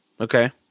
Okay